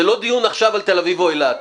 זה לא דיון עכשיו על תל אביב או אילת.